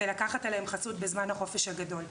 ולקחת עליהם חסות בזמן החופש הגדול.